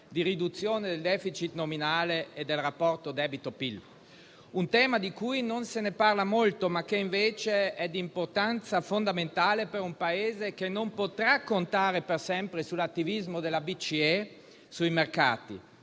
di riduzione del *deficit* nominale e del rapporto debito-PIL; un tema di cui non si parla molto, ma che invece è di importanza fondamentale per un Paese che non potrà contare per sempre sull'attivismo della BCE sui mercati.